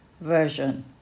Version